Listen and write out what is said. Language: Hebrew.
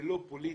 ולא פוליטי,